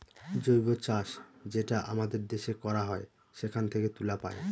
জৈব চাষ যেটা আমাদের দেশে করা হয় সেখান থেকে তুলা পায়